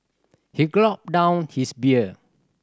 he gulped down his beer